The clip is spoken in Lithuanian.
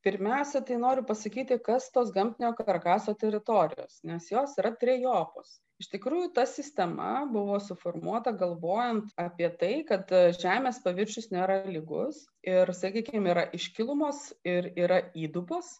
pirmiausia tai noriu pasakyti kas tos gamtinio karkaso teritorijos nes jos yra trejopos iš tikrųjų ta sistema buvo suformuota galvojant apie tai kad žemės paviršius nėra lygus ir sakykim yra iškilumos ir yra įdubos